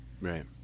Right